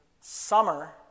Summer